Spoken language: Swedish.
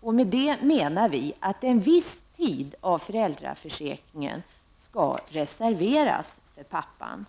Med det menar vi att en viss tid av föräldraförsäkringen skall reserveras för pappan.